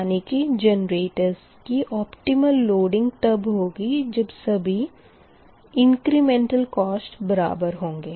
यानी कि जेनरेटर्स की ऑपटिमल लोडिंग तब होगी जब सभी इंक्रिमेंटल कोस्ट बराबर होंगे